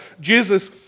Jesus